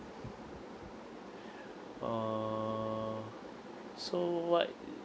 err so what